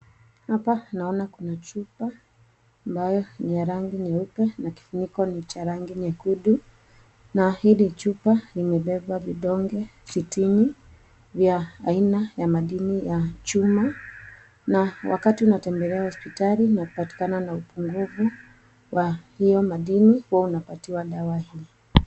Hapa naona kuna chupa ambayo ni ya rangi nyeupe na kifuniko ni cha rangi nyekundu na hili chupa limebeba vidonge sitini ya aina ya madini ya chuma na wakati unatembelea hospitali unapatikana na upungufu wa hiyo madini huwa unapatiwa dawa hii.